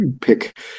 pick